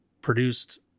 produced